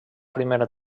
primera